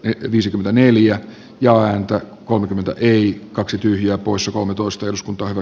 ette viisikymmentäneljä ja häntä kolmekymmentä eli kaksi tyyliä pois omituista jos kuntoa